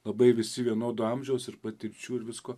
labai visi vienodo amžiaus ir patirčių ir visko